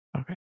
Okay